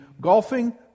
Golfing